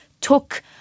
took